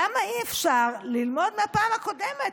למה אי-אפשר ללמוד מהפעם הקודמת?